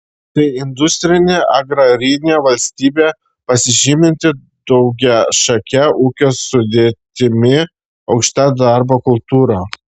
tai industrinė agrarinė valstybė pasižyminti daugiašake ūkio sudėtimi aukšta darbo kultūra